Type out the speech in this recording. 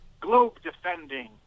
globe-defending